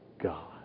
God